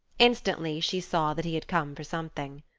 instantly she saw that he had come for something.